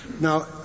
Now